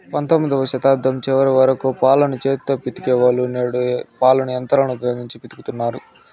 పంతొమ్మిదవ శతాబ్దం చివరి వరకు పాలను చేతితో పితికే వాళ్ళు, నేడు పాలను యంత్రాలను ఉపయోగించి పితుకుతన్నారు